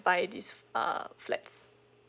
buy this uh flats